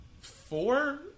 four